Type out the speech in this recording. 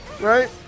Right